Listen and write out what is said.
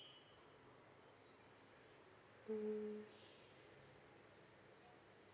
mm